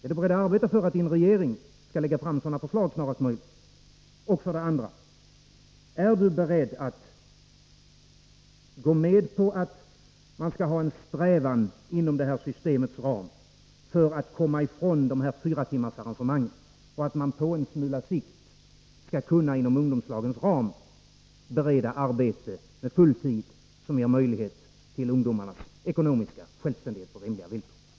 Är ni beredd att arbeta för att er regering skall lägga fram sådana förslag snarast möjligt? Och för det andra: Är ni beredd att gå med på att man inom det här systemets ram skall ha en strävan att komma ifrån fyratimmarsarrangemangen och att man på en smula sikt inom ungdomslagens ram skall kunna bereda arbete på full tid som ger ungdomarna möjlighet till ekonomisk självständighet på rimliga villkor?